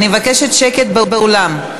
אני מבקשת שקט באולם.